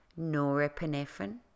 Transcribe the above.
norepinephrine